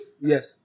Yes